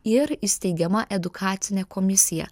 ir įsteigiama edukacinė komisija